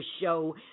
show